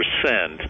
percent